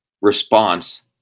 response